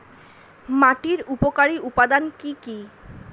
মাটির উপকারী উপাদান কি কি?